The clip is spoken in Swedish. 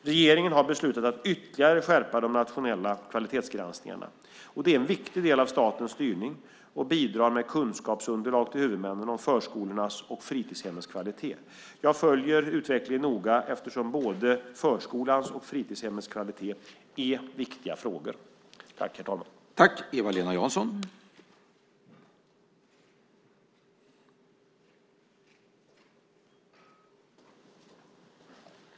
Regeringen har beslutat att ytterligare skärpa de nationella kvalitetsgranskningarna. Det är en viktig del av statens styrning och bidrar med kunskapsunderlag till huvudmännen om förskolornas och fritidshemmens kvalitet. Jag följer utvecklingen noga eftersom både förskolans och fritidshemmets kvalitet är viktiga frågor. Då Ann-Christin Ahlberg, som framställt interpellation 2007 08:764, anmält att de var förhindrade att närvara vid sammanträdet medgav talmannen att Eva-Lena Jansson fick delta i överläggningen samt att Mikael Damberg fick ta emot svaret även på interpellation 764.